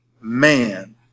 man